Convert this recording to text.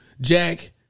Jack